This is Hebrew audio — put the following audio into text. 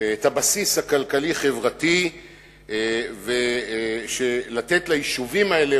את הבסיס הכלכלי-חברתי ולתת ליישובים האלה,